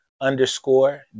underscore